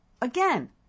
Again